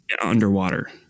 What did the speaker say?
underwater